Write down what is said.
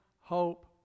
hope